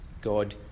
God